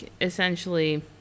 essentially